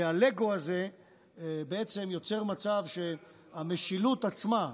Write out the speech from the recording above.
והלגו הזה יוצר מצב שהמשילות עצמה,